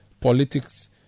politics